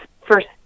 first